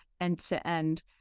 end-to-end